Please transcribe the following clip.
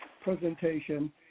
presentation